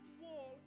wall